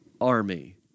army